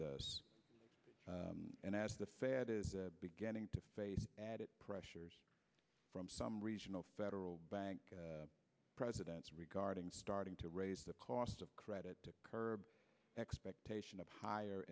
the as the fad is beginning to fade added pressures from some regional federal bank presidents regarding starting to raise the cost of credit to curb expectation of higher